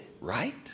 right